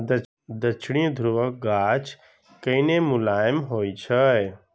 दक्षिणी ध्रुवक गाछ कने मोलायम होइ छै